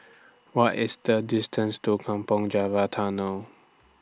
What IS The distance to Kampong Java Tunnel